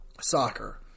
soccer